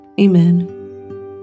Amen